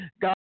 God